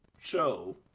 show